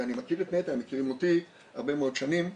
אני מכיר את נת"ע והם מכירים אותי הרבה מאוד שנים,